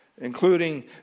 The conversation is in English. including